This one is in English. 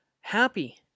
happy